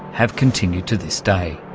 have continued to this day.